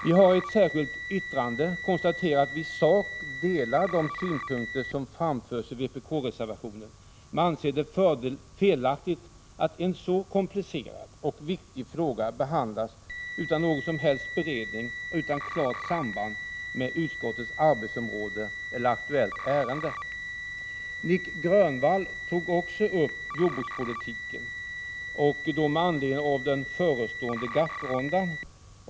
Vi har i ett särskilt yttrande konstaterat att vi i sak delar de synpunkter som framförs i vpk-reservationen, men vi anser det felaktigt att en så komplicerad och viktig fråga behandlas utan någon som helst beredning och utan klart samband med utskottets arbetsområde eller det aktuella ärendet. Nic Grönvall tog också upp jordbrukspolitiken, med anledning av den förestående GATT-rundan.